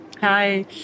Hi